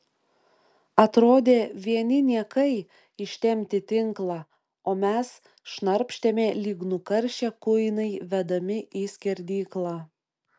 atrodė vieni niekai ištempti tinklą o mes šnarpštėme lyg nukaršę kuinai vedami į skerdyklą